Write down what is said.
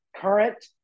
current